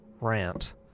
rant